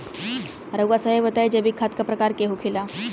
रउआ सभे बताई जैविक खाद क प्रकार के होखेला?